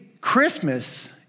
Christmas